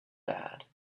bad